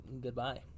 Goodbye